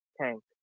tank